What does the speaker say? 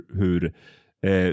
hur